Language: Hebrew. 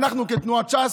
אנחנו, כתנועת ש"ס,